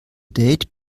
date